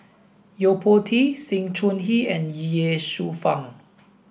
Yo Po Tee Sng Choon he and Ye Shufang